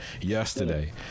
yesterday